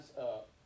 up